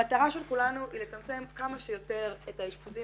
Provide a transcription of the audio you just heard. המטרה של כולנו היא לצמצם כמה שיותר את האשפוזים